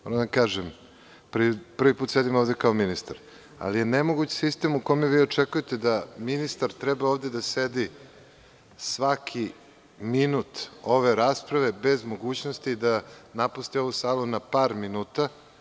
Prvi put sedim ovde kao ministar, ali je nemoguć sistem u kome vi očekujete da ministar treba ovde da sedi svaki minut ove rasprave, bez mogućnosti da napusti ovu salu na par minuta.